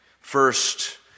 First